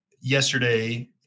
yesterday